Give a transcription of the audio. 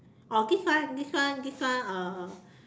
oh this one this one this one uh